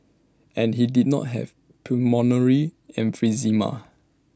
and he did not have pulmonary emphysema